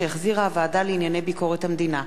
שהחזירה הוועדה לענייני ביקורת המדינה.